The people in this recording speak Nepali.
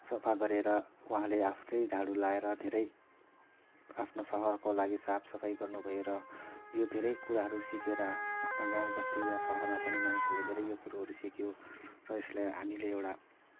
सफा गरेर उहाँले आफ्नै झाडु लगाएर धेरै आफ्नो सहरको लागि साफसफाई गर्नुभयो र यो धेरै कुराहरू सिकेर आफ्नो गाउँबस्ती या शहरमा पनि मानिसहरूले धेरै यो कुरोहरू सिक्यो र यसलाई हामीले एउटा